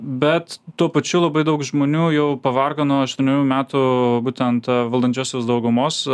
bet tuo pačiu labai daug žmonių jau pavargo nuo aštuonių metų būtent valdančiosios daugumos